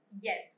Yes